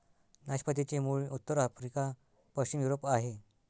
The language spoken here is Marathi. नाशपातीचे मूळ उत्तर आफ्रिका, पश्चिम युरोप आहे